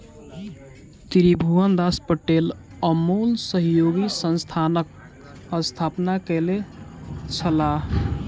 त्रिभुवनदास पटेल अमूल सहयोगी संस्थानक स्थापना कयने छलाह